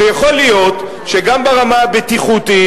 כשיכול להיות שגם ברמה הבטיחותית,